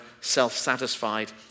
self-satisfied